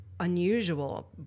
unusual